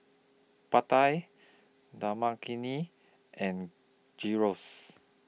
Pad Thai Dal Makhani and Gyros